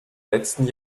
letzten